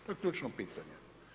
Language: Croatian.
To je ključno pitanje.